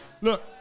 Look